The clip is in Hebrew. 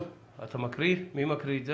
מי מקריא?